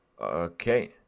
Okay